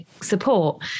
support